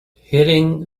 hitting